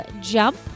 jump